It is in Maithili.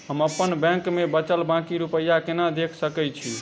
हम अप्पन बैंक मे बचल बाकी रुपया केना देख सकय छी?